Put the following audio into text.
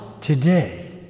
today